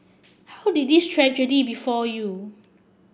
how did this tragedy befall you